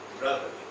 brother